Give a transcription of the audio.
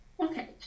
Okay